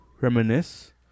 reminisce